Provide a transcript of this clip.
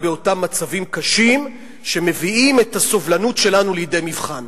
באותם מצבים קשים שמביאים את הסובלנות שלנו לידי מבחן.